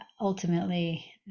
ultimately